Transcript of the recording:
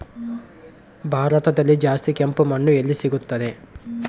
ಭಾರತದಲ್ಲಿ ಜಾಸ್ತಿ ಕೆಂಪು ಮಣ್ಣು ಎಲ್ಲಿ ಸಿಗುತ್ತದೆ?